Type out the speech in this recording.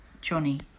Johnny